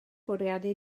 bwriadu